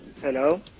Hello